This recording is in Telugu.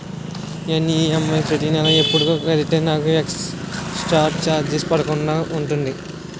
నేను ఈ.ఎమ్.ఐ ప్రతి నెల ఎపుడు కడితే నాకు ఎక్స్ స్త్ర చార్జెస్ పడకుండా ఉంటుంది?